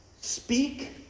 speak